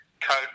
Code